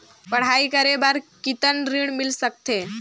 पढ़ाई करे बार कितन ऋण मिल सकथे?